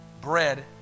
bread